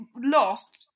lost